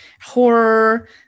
horror